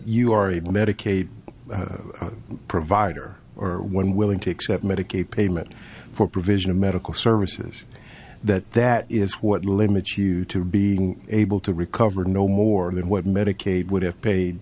you are evil medicaid provider or one willing to accept medicaid payment for provision of medical services that that is what limits you to be able to recover no more than what medicaid would have paid